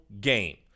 game